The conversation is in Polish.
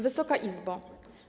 Wysoka Izbo!